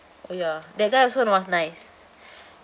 oh ya that that also was nice